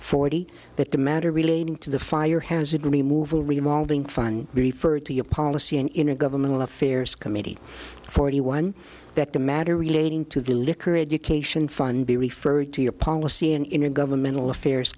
forty that the matter relating to the fire hazard removed all remolding fine be referred to your policy an intergovernmental affairs committee forty one that the matter relating to the liquor education fund be referred to your policy an intergovernmental affairs